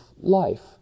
life